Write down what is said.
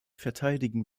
verteidigen